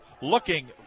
Looking